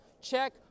Check